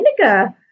vinegar